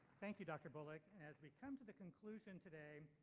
thank you dr bullock. as we come to the conclusion today,